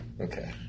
okay